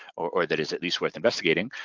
or that is at least worth investigating,